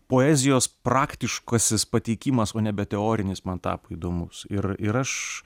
poezijos praktiškasis pateikimas o nebe teorinis man tapo įdomus ir ir aš